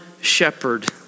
shepherd